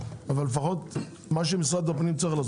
אז לפחות שמשרד הפנים ייתן את מה שהוא צריך.